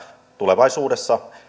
tulevaisuudessa